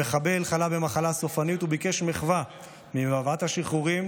המחבל חלה במחלה סופנית וביקש מחווה מוועדת השחרורים,